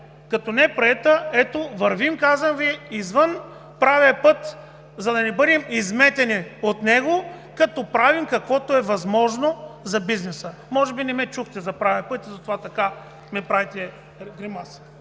като не е приета, ето вървим, казвам Ви, извън правия път, за да не бъдем изметени от него, като правим каквото е възможно за бизнеса. (Реплики.) Може би не ме чухте за правия път, затова ми правите гримаси.